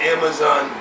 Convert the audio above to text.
Amazon